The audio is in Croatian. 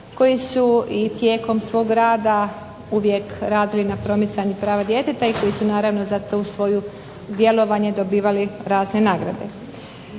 koji su i tijekom svog rada uvijek rado i na promicanju prava djeteta i koji su naravno za to svoje djelovanje dobivali razne nagrade.